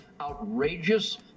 outrageous